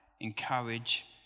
encourage